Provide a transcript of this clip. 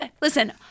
listen